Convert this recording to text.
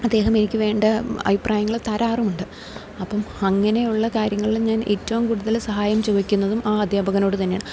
അദ്ദേഹം എനിക്ക് വേണ്ട അഭിപ്രായങ്ങൾ തരാറുമുണ്ട് അപ്പം അങ്ങനെയുള്ള കാര്യങ്ങളിലും ഞാൻ ഏറ്റവും കൂടുതൽ സഹായം ചോദിക്കുന്നതും ആ അദ്ധ്യാപകനോട് തന്നെയാണ്